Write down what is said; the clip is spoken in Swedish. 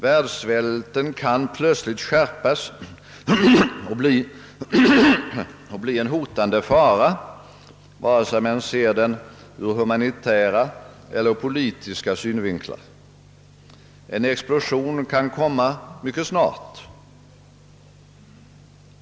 Världssvälten kan plötsligt skärpas och bli en hotande fara, oavsett om man ser den ur humanitära eller politiska synvinklar. En explosion kan komma mycket snart.